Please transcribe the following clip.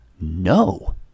No